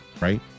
Right